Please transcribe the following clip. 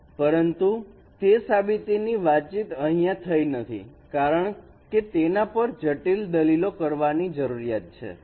પરંતુ તે સાબિતી ની વાતચીત અહીંયા થઈ નથી કારણકે તેના પર જટિલ દલીલો કરવાની જરૂરિયાત છે